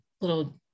little